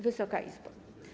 Wysoka Izbo!